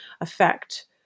affect